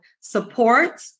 support